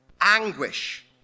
anguish